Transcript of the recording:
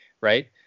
right